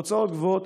הוצאות גבוהות.